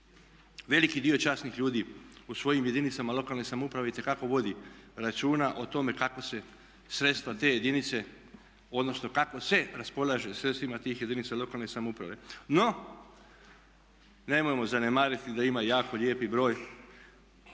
Veliki dio časnih ljudi u svojim jedinicama lokalne samouprave itekako vodi računa o tome kako se sredstva te jedinice, odnosno kako se raspolaže sredstvima tih jedinica lokalne samouprave. No, nemojmo zanemariti da ima jako lijepi broj